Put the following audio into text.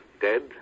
dead